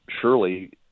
surely